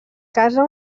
casa